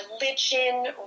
religion